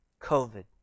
COVID